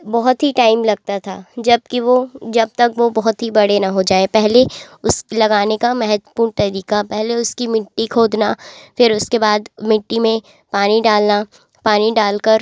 बहुत ही टाइम लगता था जबकि वह जब तक वह बहुत ही बड़े न हो जाए पहले उस लगाने का महत्वपूर्ण तरीका पहले उसकी मिट्टी खोदना फिर उसके बाद मिट्टी में पानी डालना पानी डाल कर